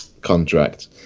contract